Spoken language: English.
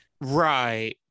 Right